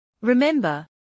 Remember